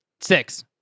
Six